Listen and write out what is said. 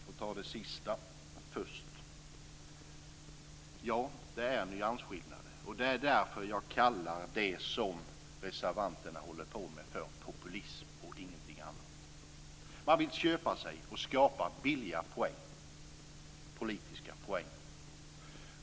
Fru talman! För det första skall jag ta upp det sista. Ja, det är en nyansskillnad. Det är därför jag kallar det som reservanterna håller på med för populism och ingenting annat. Man vill köpa sig billiga politiska poäng.